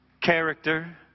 character